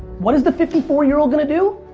what is the fifty four year old going to do?